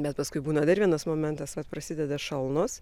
bet paskui būna dar vienas momentas vat prasideda šalnos